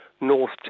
North